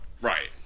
Right